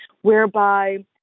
whereby